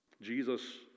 Jesus